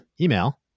email